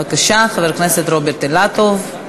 בבקשה, חבר הכנסת רוברט אילטוב.